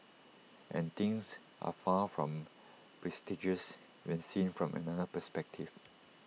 and things are far from prestigious when seen from another perspective